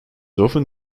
often